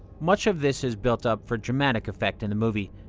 much of this is built up for dramatic effect in the movie.